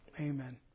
Amen